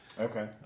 Okay